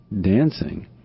dancing